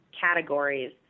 categories